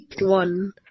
one